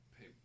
pay